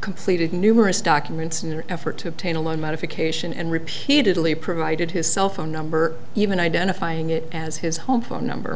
completed numerous documents in an effort to obtain a loan modification and repeatedly provided his cell phone number even identifying it as his home phone number